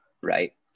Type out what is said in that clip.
right